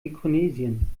mikronesien